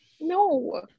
no